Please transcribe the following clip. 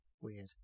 weird